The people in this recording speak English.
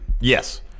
Yes